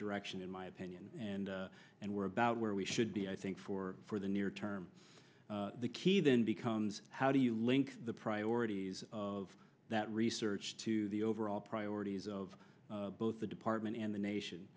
direction in my opinion and and we're about where we should be i think for for the near term the key then becomes how do you link the priorities of that research to the overall priorities of both the department and the